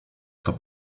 kto